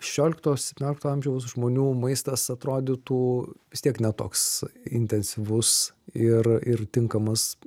šešiolikto septyniolikto amžiaus žmonių maistas atrodytų vis tiek ne toks intensyvus ir ir tinkamas